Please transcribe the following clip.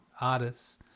artists